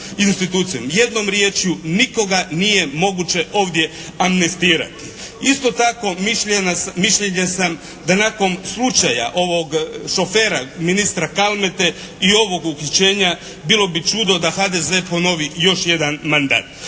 Jednom riječju nikoga nije moguće ovdje amnestirati. Isto tako mišljenja sam da nakon slučaja ovog šofera ministra Kalmete i ovog uhićenja bilo bi čudo da HDZ ponovi još jedan mandat.